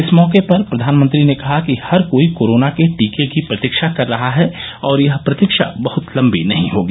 इस मौके पर प्रधानमंत्री ने कहा कि हर कोई कोरोना के टीके की प्रतीक्षा कर रहा है और यह प्रतीक्षा बहुत लंबी नहीं होगी